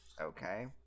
Okay